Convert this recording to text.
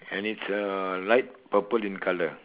and it's a light purple in colour